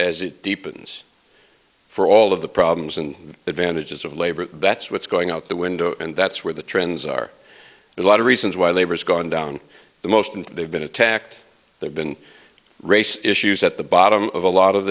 as it deepens for all of the problems and advantages of labor that's what's going out the window and that's where the trends are a lot of reasons why labor has gone down the most and they've been attacked they've been race issues at the bottom of a lot of